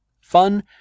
Fun